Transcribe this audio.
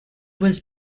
was